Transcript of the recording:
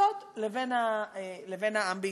התפוצות לבין העם בישראל.